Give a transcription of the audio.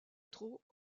trop